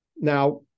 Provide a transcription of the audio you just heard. Now